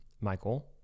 Michael